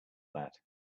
that